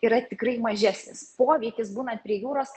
yra tikrai mažesnis poveikis būna prie jūros